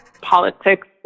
politics